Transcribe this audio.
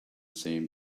same